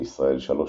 בישראל 3 מינים.